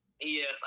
Yes